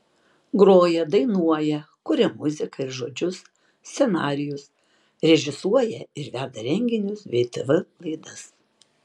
groja dainuoja kuria muziką ir žodžius scenarijus režisuoja ir veda renginius bei tv laidas